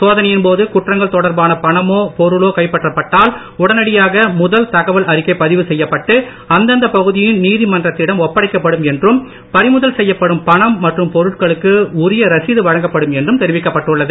சோதனையின் போது குற்றங்கள் தொடர்பான பணமோ பொருளோ கைப்பற்றப்பட்டால் உடனடியாக முதல் தகவல் அறிக்கை பதிவு செய்யப்பட்டு அந்தந்த பகுதியின் நீதிமன்றத்திடம் ஒப்படைக்கப்படும் என்றும் பறிமுதல் செய்யப்படும் பணம் மற்றும் பொருட்களுக்கு உரிய ரசீது வழங்கப்படும் என்றும் தெரிவிக்கப்பட்டுள்ளது